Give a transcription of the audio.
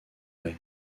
rey